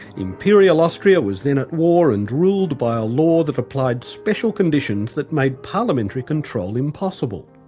imperial austria was then at war and ruled by ah law that applied special conditions that made parliamentary control impossible.